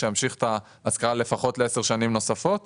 שממשיך את ההשכרה לעוד 10 שנים נוספות לפחות.